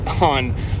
on